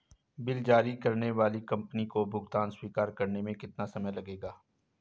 Bill जारी करने वाली कंपनी को भुगतान स्वीकार करने में कितना समय लगेगा?